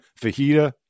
Fajita